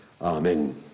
Amen